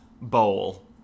Bowl